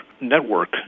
network